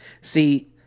See